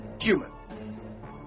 human